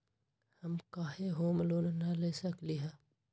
हम काहे home loan न ले सकली ह?